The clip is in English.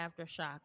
Aftershock